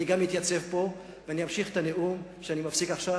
אני גם אתייצב פה ואני אמשיך את הנאום שאני מפסיק עכשיו.